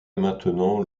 maintenant